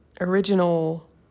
original